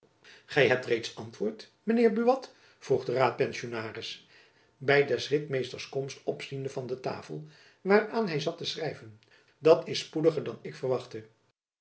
musch hebt gy reeds antwoord mijn heer buat vroeg de raadpensionaris by des ritmeesters komst opziende van de tafel waaraan hy zat te schrijven dat is spoediger dan ik verwachtte